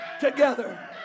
together